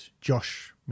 Josh